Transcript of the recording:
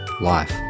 life